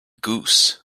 goose